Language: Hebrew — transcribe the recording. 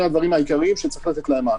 הדברים העיקריים שצריך לתת להם מענה.